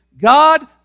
God